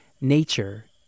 Nature